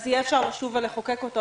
יהיה אפשר לשוב ולחוקק אותו.